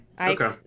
okay